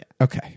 Okay